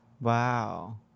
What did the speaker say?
Wow